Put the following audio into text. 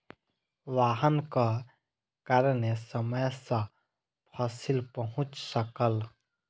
वाहनक कारणेँ समय सॅ फसिल पहुँच सकल